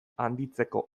handitzeko